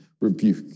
rebuke